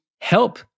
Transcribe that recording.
help